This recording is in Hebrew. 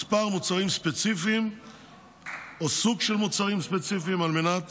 מוצרים ספציפיים או סוג של מוצרים ספציפיים על מנת